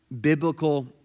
biblical